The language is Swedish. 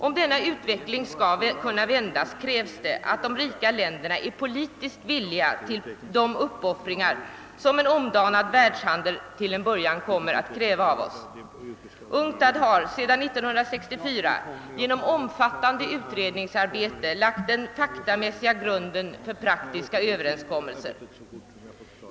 Om denna utveckling skall kunna vändas är det nödvändigt att de rika länderna är politiskt villiga till de uppoffringar som en omdanad världshandel till en början kommer att kräva av oss. UNCTAD har sedan 1964 genom omfattande utredningsarbete lagt den faktamässiga grunden för praktiska överenskommelser.